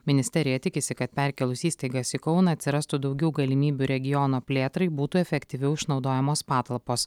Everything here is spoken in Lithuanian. ministerija tikisi kad perkėlus įstaigas į kauną atsirastų daugiau galimybių regiono plėtrai būtų efektyviau išnaudojamos patalpos